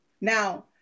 Now